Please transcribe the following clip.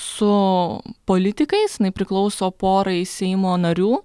su politikais jinai priklauso porai seimo narių